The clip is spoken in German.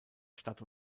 stadt